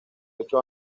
ocho